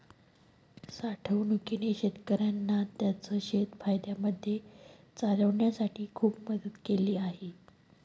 साठवणूकीने शेतकऱ्यांना त्यांचं शेत फायद्यामध्ये चालवण्यासाठी खूप मदत केली आहे